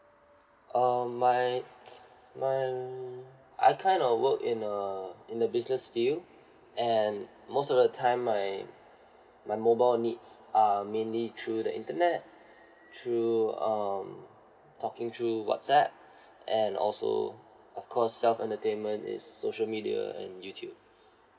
uh my my I kind of work in a in the business field and most of the time my my mobile needs are mainly through the internet through um talking through whatsapp and also of course self entertainment is social media and YouTube